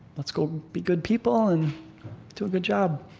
let's go be good people and do a good job.